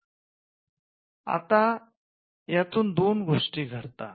आता यातून दोन गोष्टी घडतात